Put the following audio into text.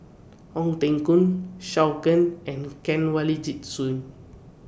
Ong Teng Koon Can and Kanwaljit Soin